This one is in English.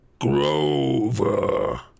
Grover